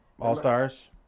All-Stars